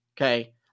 Okay